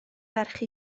ferch